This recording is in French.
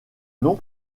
nom